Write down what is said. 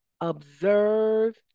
observe